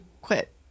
quit